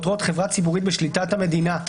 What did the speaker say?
פוטרות חברה ציבורית בשליטת המדינה,